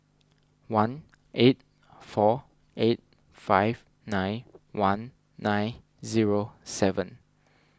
one eight four eight five nine one nine zero seven